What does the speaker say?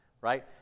right